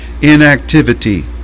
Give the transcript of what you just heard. inactivity